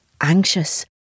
anxious